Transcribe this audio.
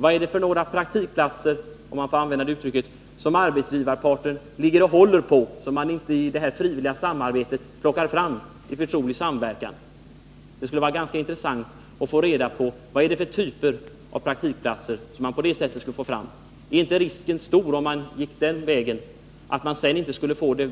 Vad är det för praktikplatser, om jag får använda det uttrycket, som arbetsgivarparten ligger och håller på, som man inte i det frivilliga samarbetet plockar fram i förtrolig samverkan? Det skulle vara ganska intressant att få reda på vad det är för typer av praktikplatser man skulle få fram genom en lagstiftning. Är inte risken stor, om man gick den vägen, att man sedan inte skulle få det